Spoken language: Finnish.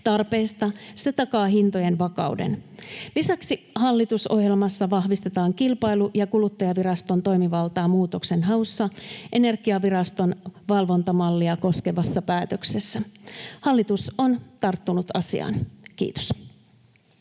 tarpeesta. Se takaa hintojen vakauden. Lisäksi hallitusohjelmassa vahvistetaan Kilpailu- ja kuluttajaviraston toimivaltaa muutoksenhaussa Energiaviraston valvontamallia koskevassa päätöksessä. Hallitus on tarttunut asiaan. — Kiitos.